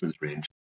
range